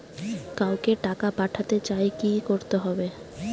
কাউকে টাকা পাঠাতে চাই কি করতে হবে?